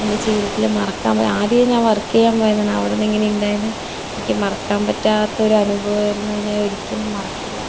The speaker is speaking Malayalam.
എൻ്റെ ജീവിതത്തിലെ മറക്കാൻ ആദ്യമേ ഞാൻ വർക്ക് ചെയ്യാൻ പോയതാണ് അവിടെ നിന്ന് ഇങ്ങനെ ഉണ്ടായത് എനിക്ക് മറക്കാൻ പറ്റാത്തൊരനുഭവമായിരുന്നു ഞാൻ ഒരിക്കലും മറക്കില്ല